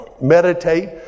meditate